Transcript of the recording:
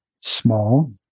small